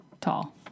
tall